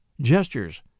gestures